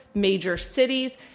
major cities.